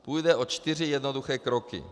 Půjde o čtyři jednoduché kroky.